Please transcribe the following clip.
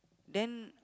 then